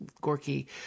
Gorky